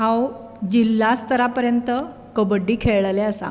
हांव जिल्ला स्तरा पर्यंत कबड्डी खेळलें आसां